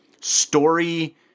story